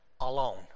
alone